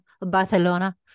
Barcelona